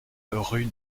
rue